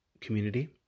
community